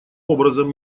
образом